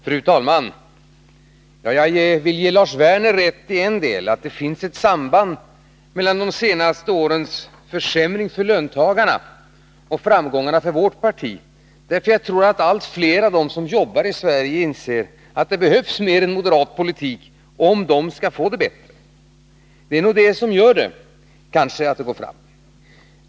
Fru talman! Jag vill gärna ge Lars Werner rätt så till vida, att det finns ett samband mellan de senaste årens försämring för löntagarna och framgångarna för vårt parti, därför att jag tror att allt fler av dem som arbetar i Sverige inser att det behövs mera av moderat politik om de skall få det bättre. Det är nog detta som gör att vårt parti går fram.